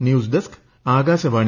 news desk Akashvani